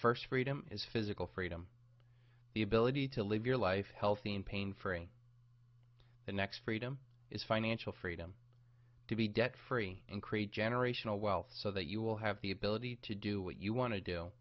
first freedom is physical freedom the ability to live your life healthy in pain free the next freedom is financial freedom to be debt free and create generational wealth so that you will have the ability to do what you want to do